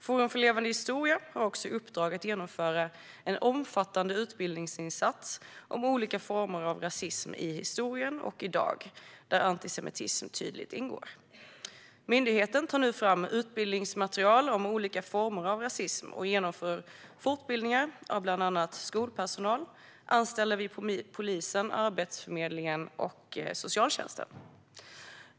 Forum för levande historia har också i uppdrag att genomföra en omfattande utbildningsinsats om olika former av rasism i historien och i dag, där antisemitism tydligt ingår. Myndigheten tar nu fram utbildningsmaterial om olika former av rasism och genomför fortbildningar av bland annat skolpersonal, anställda vid polisen, Arbetsförmedlingen och socialtjänsten.